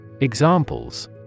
Examples